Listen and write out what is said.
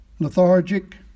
Lethargic